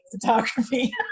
photography